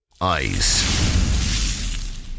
Ice